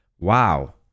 wow